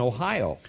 Ohio